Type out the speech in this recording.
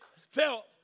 felt